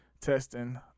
testing